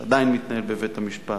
שעדיין מתנהל בבית-המשפט.